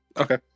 Okay